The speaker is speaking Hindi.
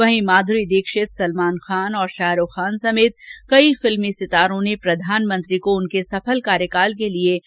वहीं माध्री दीक्षित सलमान खान और शारूख खान समेत कई फिल्मी सितारों ने प्रधानमंत्री कोउनके सफल कार्यकाल के लिए बधाई दी है